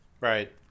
Right